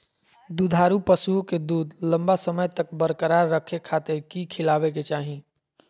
दुधारू पशुओं के दूध लंबा समय तक बरकरार रखे खातिर की खिलावे के चाही?